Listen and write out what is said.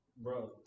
Bro